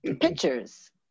pictures